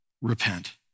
repent